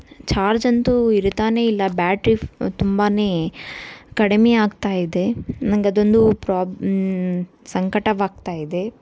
charge ಅಂತೂ ಇರ್ತಾನೇ ಇಲ್ಲ ಬ್ಯಾಟ್ರಿ ತುಂಬಾ ಕಡಿಮೆ ಆಗ್ತಾ ಇದೆ ನಂಗೆ ಅದೊಂದು ಪ್ರಾಬ್ ಸಂಕಟವಾಗ್ತಾ ಇದೆ